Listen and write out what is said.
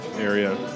area